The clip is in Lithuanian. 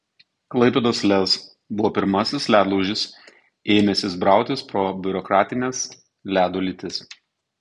klaipėdos lez buvo pirmasis ledlaužis ėmęsis brautis pro biurokratines ledo lytis